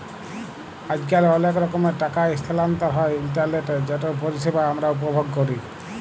আইজকাল অলেক রকমের টাকা ইসথালাল্তর হ্যয় ইলটারলেটে যেটর পরিষেবা আমরা উপভোগ ক্যরি